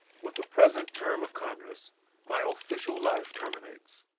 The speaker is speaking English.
with the present term of congress my official life terminates.